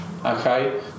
Okay